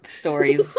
stories